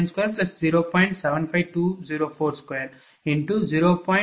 4529722 1